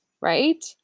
right